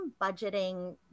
budgeting